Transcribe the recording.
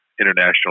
international